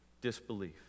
Disbelief